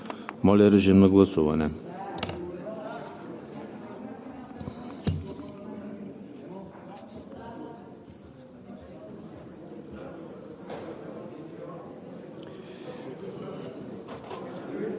Моля, режим на гласуване.